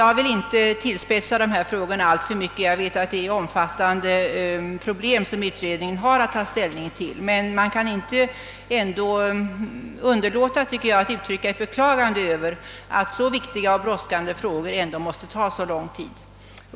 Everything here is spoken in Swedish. Jag vill inte tillspetsa diskussionen, ty jag vet att utredningen har haft att ta ställning till omfattande problem, men enligt min mening kan man trots allt inte underlåta att beklaga, att så viktiga och brådskande frågor måste ta så lång tid.